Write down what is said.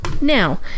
Now